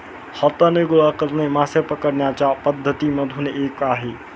हाताने गोळा करणे मासे पकडण्याच्या पद्धती मधून एक आहे